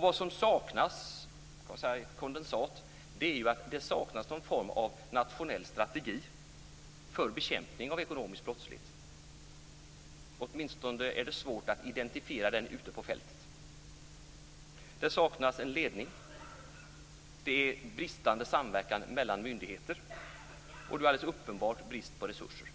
Vad som saknas är i kondensat någon form av nationell strategi för bekämpningen av ekonomisk brottslighet. Åtminstone är det svårt att ute på fältet identifiera en sådan. Det saknas en ledning, det är bristande samverkan mellan myndigheter, och det är alldeles uppenbart brist på resurser.